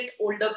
older